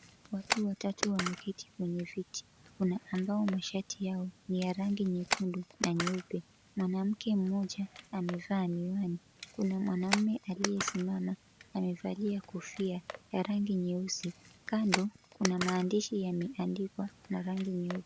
Watu watatu wameketi kwenye viti kuna ambao mashati yao ni ya rangi nyekundu na nyeupe. Mwanamke mmoja amevaa miwani, kuna mwanaume aliyesimama amevalia kofia ya rangi nyeusi. Kando kuna maandishi yameandikwa na rangi nyeupe.